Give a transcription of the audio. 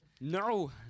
No